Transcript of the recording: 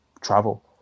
travel